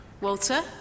Walter